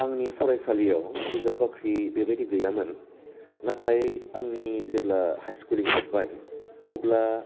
आंनि फरायसालियाव बिजाबबाख्रि बेबायदि गैयामोन नाथाय आंनि जेब्ला हाय स्कुलिं जोबबाय अब्ला